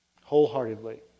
wholeheartedly